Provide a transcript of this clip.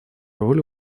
роль